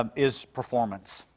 ah is performance.